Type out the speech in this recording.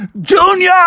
Junior